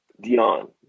Dion